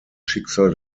schicksal